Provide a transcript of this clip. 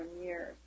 years